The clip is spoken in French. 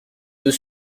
deux